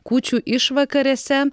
kūčių išvakarėse